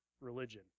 religion